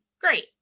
Great